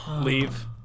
Leave